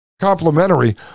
Complementary